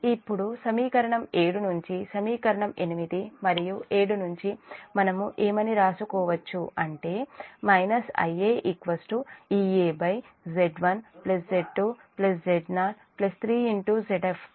ఇప్పుడు సమీకరణం 7 నుంచి సమీకరణం 8 మరియు 7 నుంచి మనము ఏమని రాసుకోవచ్చు అంటే Ia EaZ1 Z2 Z0 3Zf